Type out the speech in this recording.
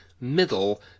middle